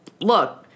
look